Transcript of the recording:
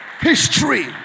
History